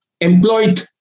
employed